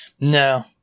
no